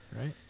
right